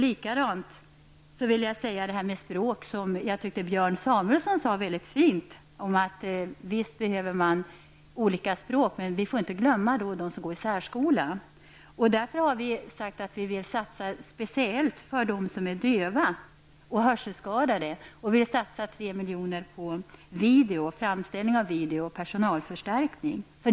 Jag tyckte att Björn Samuelson uttryckte det på ett mycket fint sätt när han sade att det behövs undervisning i olika språk men att man inte fick glömma dem som går i särskola. Vi i miljöpartiet har sagt att vi vill satsa speciellt på hörselskadade och döva. Vi vill satsa 3 milj.kr. på framställning av video och personalförstärkning.